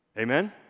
Amen